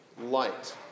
light